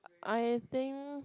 I think